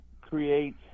create